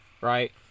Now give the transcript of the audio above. right